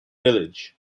village